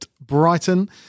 Brighton